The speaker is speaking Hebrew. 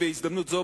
בהזדמנות זו,